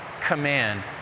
command